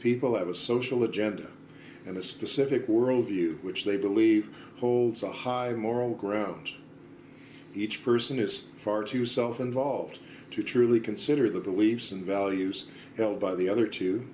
people have a social agenda and a specific worldview which they believe holds a high moral ground each person is far too self involved to truly consider the beliefs ready and values held by the other two